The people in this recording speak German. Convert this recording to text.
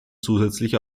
zusätzlich